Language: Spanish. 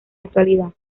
actualidad